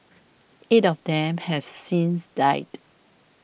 eight of them have since died